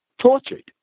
tortured